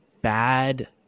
bad